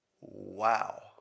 Wow